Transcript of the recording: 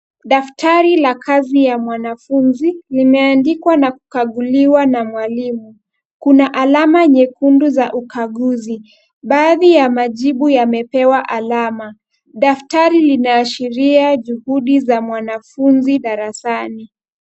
Daftari la kazi ya mwanafunzi limeandika na kukaguliwa na mwalimu. Kuna alama nyekundu za ukaguzi. Baadhi ya majibu yamepewa alama. Daftari linaashiria juhudi za mwanafunzi darasani.